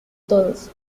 todos